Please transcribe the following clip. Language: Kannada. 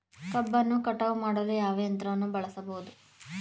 ಕಬ್ಬನ್ನು ಕಟಾವು ಮಾಡಲು ಯಾವ ಯಂತ್ರವನ್ನು ಬಳಸಬಹುದು?